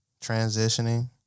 transitioning